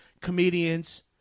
comedians